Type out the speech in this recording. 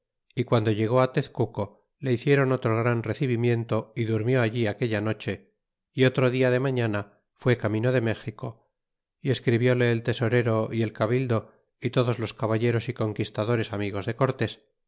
y guando llegó tezcuco le hicieron otro gran recibimiento y durmió allí aquella noche y otro dia demañana fue camino de méxico y escribióle el tesorero y el cabildo y todos los caballeros y conquistadores amigos de cortés